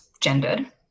gendered